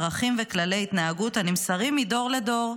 ערכים וכללי התנהגות הנמסרים מדור לדור,